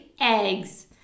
eggs